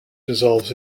dissolves